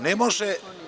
Ne može